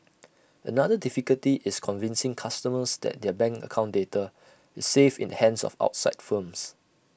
another difficulty is convincing customers that their bank account data is safe in the hands of outside firms